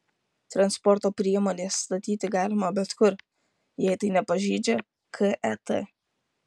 transporto priemones statyti galima bet kur jei tai nepažeidžia ket